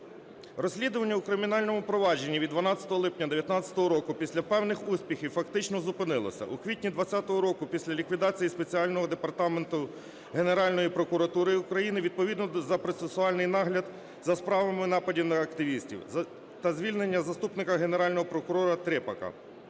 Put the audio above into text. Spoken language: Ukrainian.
розслідування у кримінальному провадженні від 12 липня 19-го року після певних успіхів фактично зупинилося. У квітні 20-го року після ліквідації спеціального департаменту Генеральної прокуратури України відповідно за процесуальний нагляд за справами нападів на активістів та звільнення заступника Генерального прокурора Трепака,